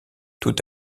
tout